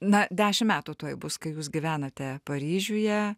na dešim metų tuoj bus kai jūs gyvenate paryžiuje